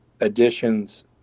additions